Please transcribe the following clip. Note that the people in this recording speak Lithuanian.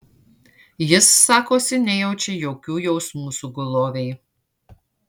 jis sakosi nejaučia jokių jausmų sugulovei